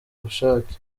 bushake